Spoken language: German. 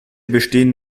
bestehen